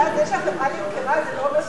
זה שהחברה נמכרה זה לא אומר,